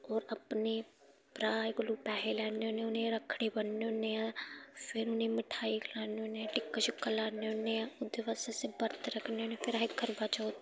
होर अपने भ्राएं कोलू पैहे लैन्ने होन्नें उ'नेंगी रक्खड़ी बन्नने होन्ने आं फिर उ'नें गी मठेआई खलान्ने होन्नें टिक्का छिक्का लान्ने होन्ने आं उं'दे बास्तै बर्त रक्खने होन्ने आं फिर अस करवाचौथ